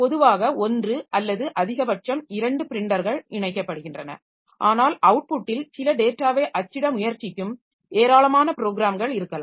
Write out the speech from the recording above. பொதுவாக 1 அல்லது அதிகபட்சம் 2 ப்ரின்டர்கள் இணைக்கப்படுகின்றன ஆனால் அவுட்புட்டில் சில டேட்டாவை அச்சிட முயற்சிக்கும் ஏராளமான ப்ரோக்ராம்கள் இருக்கலாம்